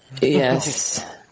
Yes